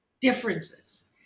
Differences